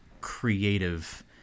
creative